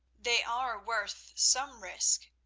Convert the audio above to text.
they are worth some risk.